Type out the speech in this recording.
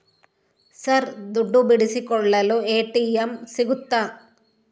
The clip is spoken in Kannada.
ಸರ್ ದುಡ್ಡು ಬಿಡಿಸಿಕೊಳ್ಳಲು ಎ.ಟಿ.ಎಂ ಸಿಗುತ್ತಾ?